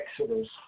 Exodus